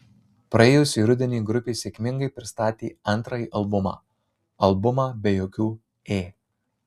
praėjusį rudenį grupė sėkmingai pristatė antrąjį albumą albumą be jokių ė